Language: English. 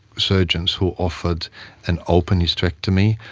surgeons who offered an open hysterectomy,